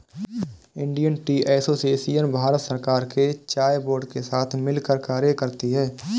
Indian tea association Bharat सरकार के चाय बोर्ड के साथ मिलकर कार्य करती है